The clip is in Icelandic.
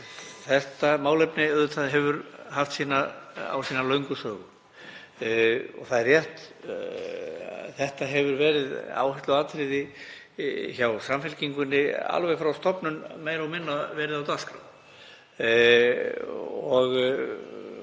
Þetta málefni á sína löngu sögu og það er rétt að þetta hefur verið áhersluatriði hjá Samfylkingunni alveg frá stofnun, meira og minna verið á dagskrá.